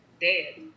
dead